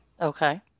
Okay